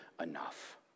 enough